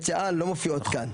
בית שאן לא מופיעות כאן.